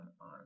on